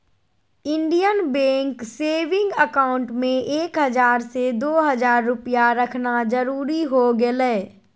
Indian bank saving account में एक हजार से दो हजार रुपया रखना जरूरी हो गेलय